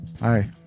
Hi